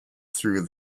through